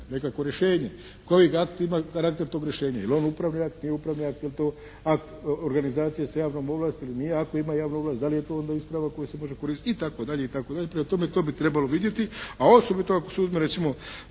Nekakvo rješenje. Koji akti imaju karakter tog rješenja? Jel on upravni akt, nije upravni akt? Je li to akt organizacije sa javnom ovlasti ili nije? Ako ima javnu ovlast da li je to onda isprava koja se može koristiti? I tako dalje i tako dalje. Prema tome to bi trebalo vidjeti. A osobito ako se uzme recimo